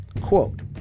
Quote